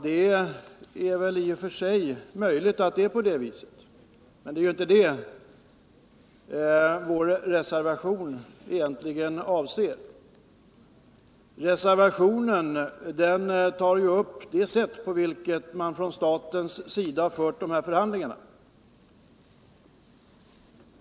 Det är i och för sig möjligt, men det är inte detta vår reservation egentligen avser. Reservationen tar upp det sätt på vilket man från statens sida fört förhandlingarna.